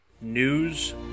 News